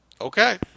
Okay